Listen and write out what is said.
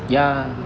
ya